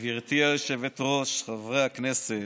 גברתי היושבת-ראש, חברי הכנסת,